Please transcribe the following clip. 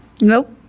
Nope